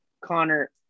Connor